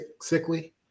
sickly